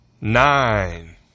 nine